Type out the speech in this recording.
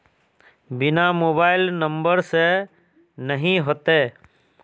बिना mobile number से नहीं होते?